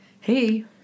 hey